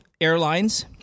airlines